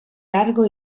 largo